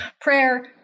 prayer